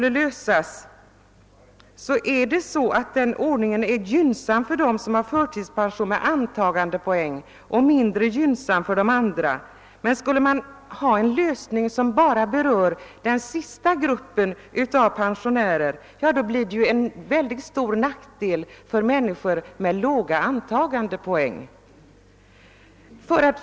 En lösning som bara berör den grupp av pensionärer som inte har antagandepoäng medför en väldigt stor nackdel för människor med låga antagandepoäng. En ordning som berör alla förtidspensionärer skulle skapa orättvi sor mellan olika kategorier av dem som uppbär förtidspension med antagandepoängberäkning.